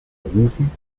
rufen